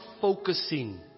focusing